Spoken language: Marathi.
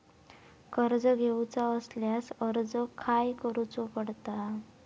कर्ज घेऊचा असल्यास अर्ज खाय करूचो पडता?